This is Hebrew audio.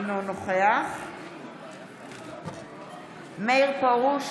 אינו נוכח מאיר פרוש,